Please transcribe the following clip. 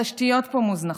התשתיות פה מוזנחות,